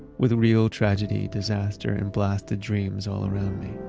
with a real tragedy, disaster and blasted dreams all around me,